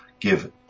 give